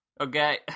Okay